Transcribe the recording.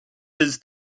his